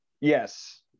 yes